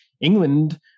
England